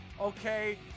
Okay